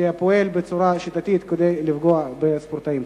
שפועל בצורה שיטתית כדי לפגוע בספורטאים.